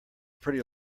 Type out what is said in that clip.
pretty